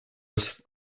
раз